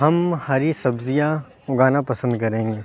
ہم ہری سبزیاں اُگانا پسند کریں گے